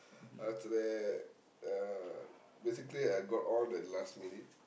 after that uh basically I got on the last minute